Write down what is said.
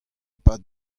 pad